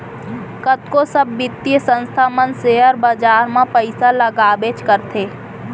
कतको सब बित्तीय संस्था मन सेयर बाजार म पइसा लगाबेच करथे